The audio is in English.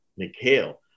McHale